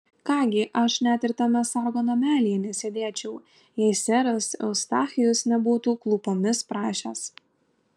ką gi aš net ir tame sargo namelyje nesėdėčiau jei seras eustachijus nebūtų klūpomis prašęs